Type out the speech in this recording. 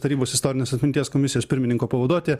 tarybos istorinės atminties komisijos pirmininko pavaduotoja